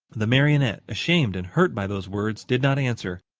the marionette, ashamed and hurt by those words, did not answer,